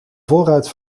voorruit